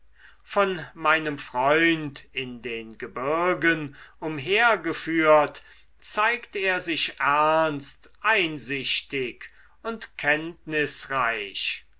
von meinem freund in den gebirgen umhergeführt zeigt er sich ernst einsichtig und kenntnisreich